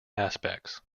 aspects